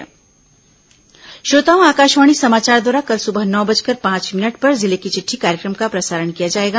जिले की चिट्ठी श्रोताओं आकाशवाणी समाचार द्वारा कल सुबह नौ बजकर पांच मिनट पर जिले की चिट्ठी कार्यक्रम का प्रसारण किया जाएगा